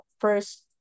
first